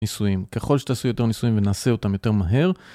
ניסויים. ככל שתעשו יותר ניסויים ונעשה אותם יותר מהר.